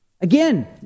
Again